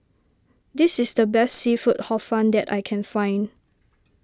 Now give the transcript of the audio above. this is the best Seafood Hor Fun that I can find